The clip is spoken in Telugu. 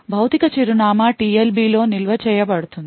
భౌతిక చిరునామా TLB లో నిల్వ చేయబడుతుంది